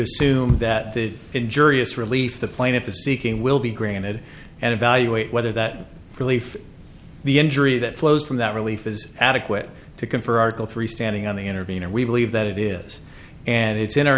assume that the injurious relief the plaintiff is seeking will be granted and evaluate whether that relief the injury that flows from that relief is adequate to confer article three standing on the intervenor we believe that it is and it's in our